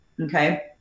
Okay